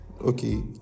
Okay